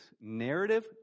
narrative